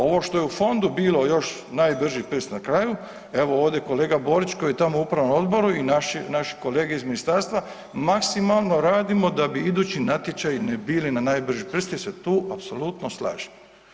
Ovo što je u fondu bilo još najbrži prst na kraju, evo ovdje kolega Borić koji je tamo u upravnom odboru i naši kolege iz ministarstva maksimalno radimo da bi idući natječaji ne bili na najbrži prst jer se tu apsolutno slažem.